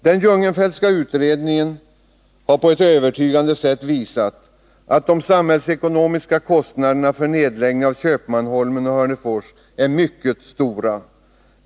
Den Jungenfeltska utredningen har på ett övertygande sätt visat att de samhällsekonomiska kostnaderna för nedläggningen av Köpmanholmen och Hörnefors är mycket stora.